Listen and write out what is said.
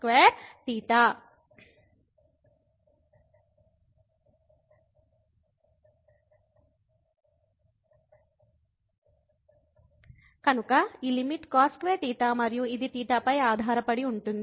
కాబట్టి ఈ limit cos2θ మరియు ఇది θ పై ఆధారపడి ఉంటుంది